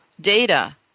data